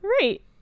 Right